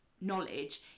knowledge